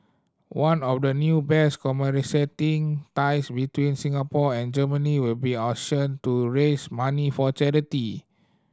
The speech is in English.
one of the new bears commemorating ties between Singapore and Germany will be auctioned to raise money for charity